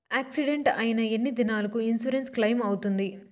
Accident అయిన ఎన్ని దినాలకు ఇన్సూరెన్సు క్లెయిమ్ అవుతుంది?